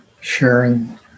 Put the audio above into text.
sharing